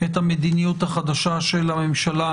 את המדיניות החדשה של הממשלה,